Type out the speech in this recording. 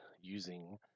using